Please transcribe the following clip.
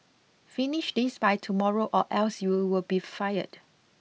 finish this by tomorrow or else you'll be fired